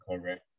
correct